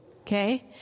okay